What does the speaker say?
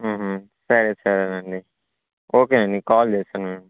సరే సరేనండి ఓకే అండి నేను కాల్ చేస్తాను మీకు